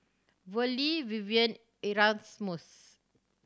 Verlie Vivien and Erasmus